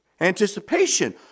anticipation